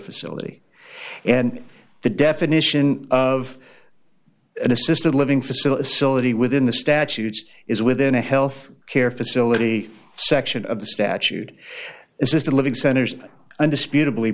facility and the definition of an assisted living facility within the statutes is within a health care facility section of the statute assisted living centers undisputed